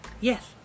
Yes